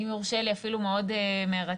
אם יורשה לי אפילו מאוד מרתקת,